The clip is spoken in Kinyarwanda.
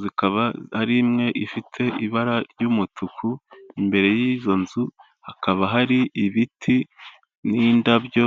zikaba hari imwe ifite ibara ry'umutuku, imbere y'izo nzu hakaba hari ibiti n'indabyo.